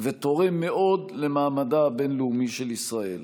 ותורם מאוד למעמדה הבין-לאומי של ישראל.